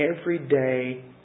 everyday